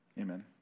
amen